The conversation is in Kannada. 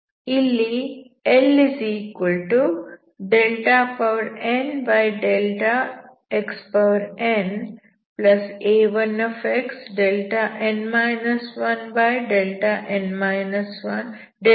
ಇಲ್ಲಿ Lnxna1xn 1xn 1an